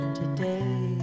today